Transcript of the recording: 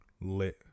lit